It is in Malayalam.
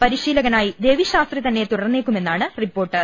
പരിശീ ലകനായി രവിശാസ്ത്രി തന്നെ തുടർന്നേക്കുമെന്നാണ് റിപ്പോർട്ട്